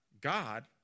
God